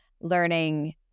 learning